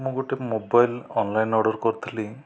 ମୁଁ ଗୋଟିଏ mobile online order କରିଥିଲି